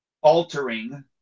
altering